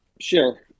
sure